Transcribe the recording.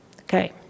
Okay